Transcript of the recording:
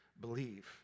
believe